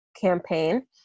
campaign